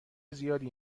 زیادی